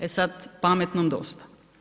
E sad, pametnom dosta.